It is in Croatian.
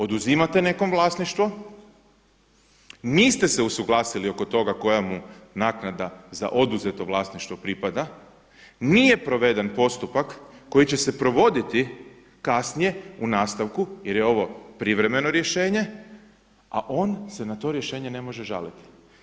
Oduzimate nekom vlasništvo, niste se usuglasili oko toga koja mu naknada za oduzeto vlasništvo pripada, nije proveden postupak koji će se provoditi kasnije u nastavku jer je ovo privremeno rješenje, a on se na to rješenje ne može žaliti.